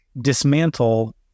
dismantle